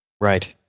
Right